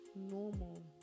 normal